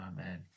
amen